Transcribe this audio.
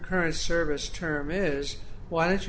current service term is why don't you